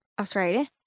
Australia